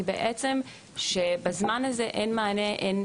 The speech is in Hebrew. היא שבזמן הזה אין הדרכה